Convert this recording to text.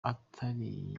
atarigeze